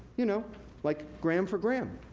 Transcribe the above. you know like gram for gram.